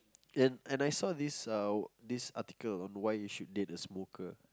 and and I saw this uh this article on why you should date a smoker